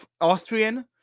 Austrian